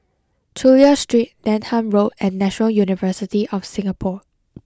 Chulia Street Denham Road and National University of Singapore